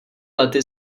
lety